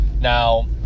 Now